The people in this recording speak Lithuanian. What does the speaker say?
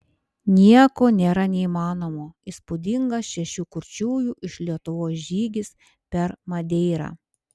nieko nėra neįmanomo įspūdingas šešių kurčiųjų iš lietuvos žygis per madeirą